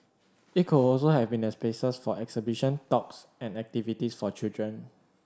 it could also have been spaces for exhibition talks and activities for children